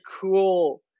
cool